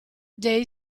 day